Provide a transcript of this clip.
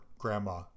grandma